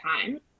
time